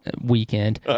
weekend